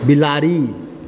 बिलाड़ि